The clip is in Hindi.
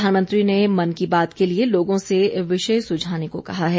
प्रधानमंत्री ने मन की बात के लिए लोगों से विषय सुझाने को कहा है